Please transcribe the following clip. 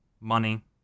money